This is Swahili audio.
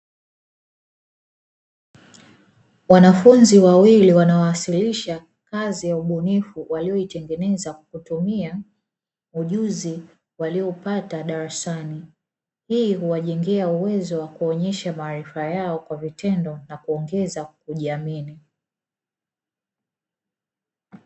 Wanafunzi wawili wanawasilisha kazi ya ubunifu walioitengeneza kutumia ujuzi walioupata darasani, hii huwajengea uwezo wa kuonyesha maarifa yao kwa vitendo na kuongeza kujiamini.